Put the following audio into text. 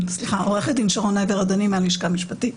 עורכת הדין שרונה עבר הדני מהשלכה המשפטית